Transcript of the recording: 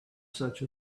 such